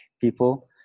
people